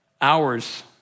hours